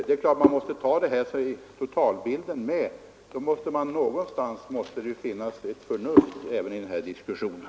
Det är klart att vi måste ta med detta i totalbilden, och någonstans måste det ju finnas ett förnuft även i den här diskussionen.